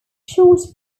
short